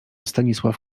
stanisław